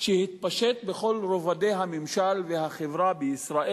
שהתפשט בכל רובדי הממשלה והחברה בישראל: